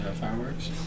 fireworks